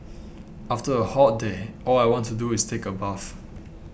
after a hot day all I want to do is take a bath